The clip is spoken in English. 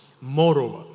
Moreover